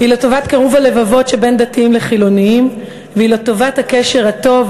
היא לטובת קירוב הלבבות שבין דתיים לחילונים והיא לטובת הקשר הטוב,